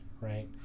right